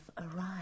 arrived